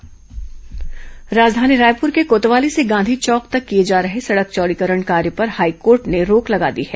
सड़क चौड़ीकरण राजधानी रायपुर के कोतवाली से गांधी चौक तक किए जा रहे सड़क चौड़ीकरण कार्य पर हाईकोर्ट ने रोक लगा दी है